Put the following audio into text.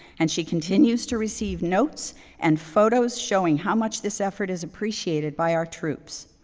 and she continues to receive notes and photos showing how much this effort is appreciated by our troops.